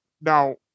now